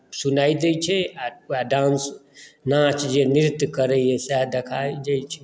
सुनाइ दैत छै आ उएह डांस नाच जे नृत्य करैए सएह देखाइ दैत छै